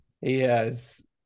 Yes